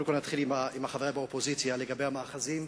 קודם כול, נתחיל עם חברי באופוזיציה לגבי המאחזים,